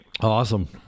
awesome